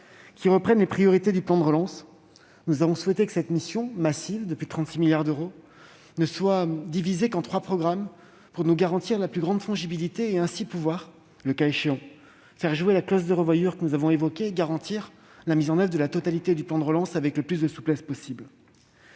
qui reprennent les priorités du plan de relance. Nous avons souhaité que cette mission, massive- elle représente, je le rappelle, plus de 36 milliards d'euros -, ne soit divisée qu'en trois programmes afin de garantir la plus grande fongibilité, de pouvoir le cas échéant faire jouer la clause de revoyure et de nous assurer de la mise en oeuvre de la totalité du plan de relance avec le plus de souplesse possible.